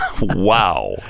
Wow